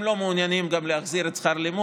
הם גם לא מעוניינים להחזיר את שכר הלימוד,